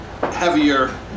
heavier